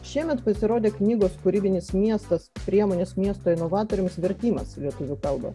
šiemet pasirodė knygos kūrybinis miestas priemonės miesto inovatoriams vertimas į lietuvių kalbą